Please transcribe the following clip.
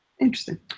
Interesting